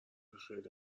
خیلی